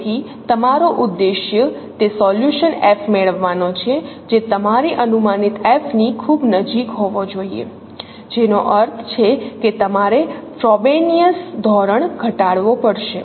તેથી તમારો ઉદ્દેશ તે સોલ્યુશન F મેળવવાનો છે જે તમારી અનુમાનિત F ની ખૂબ નજીક હોવો જોઈએ જેનો અર્થ છે કે તમારે ફ્રોબેનિઅસ ધોરણ ઘટાડવો પડશે